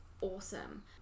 awesome